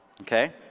okay